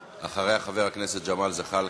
אחריה, חבר הכנסת ג'מאל זחאלקה,